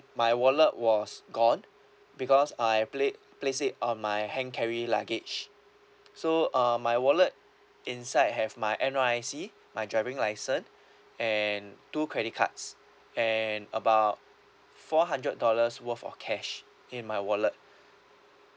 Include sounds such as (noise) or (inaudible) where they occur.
my wallet was gone because I pla~ placed it on my hand carry luggage so uh my wallet inside have my N_R_I_C my driving license (breath) and two credit cards and about four hundred dollars worth of cash in my wallet (breath)